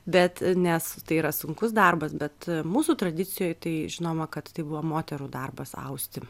bet nes tai yra sunkus darbas bet mūsų tradicijoj tai žinoma kad tai buvo moterų darbas austi